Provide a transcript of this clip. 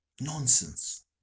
nonsense